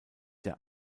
der